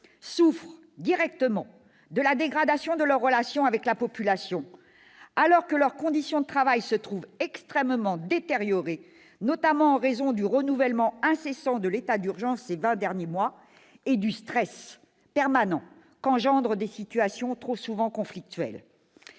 souffrent directement de la dégradation de leur relation avec la population, alors que leurs conditions de travail se trouvent extrêmement détériorées, notamment en raison du renouvellement incessant de l'état d'urgence ces vingt derniers mois, et du stress permanent qu'engendrent des situations trop souvent conflictuelles.